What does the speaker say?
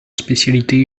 spécialité